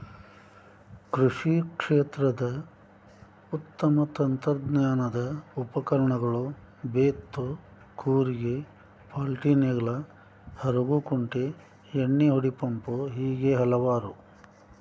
ಕೃಷಿ ಕ್ಷೇತ್ರದ ಉತ್ತಮ ತಂತ್ರಜ್ಞಾನದ ಉಪಕರಣಗಳು ಬೇತ್ತು ಕೂರಿಗೆ ಪಾಲ್ಟಿನೇಗ್ಲಾ ಹರಗು ಕುಂಟಿ ಎಣ್ಣಿಹೊಡಿ ಪಂಪು ಹೇಗೆ ಹಲವಾರು